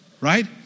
right